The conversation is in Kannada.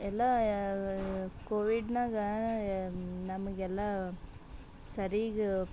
ಎಲ್ಲ ಕೋವಿಡ್ನಾಗ ನಮಗೆಲ್ಲ ಸರೀಗ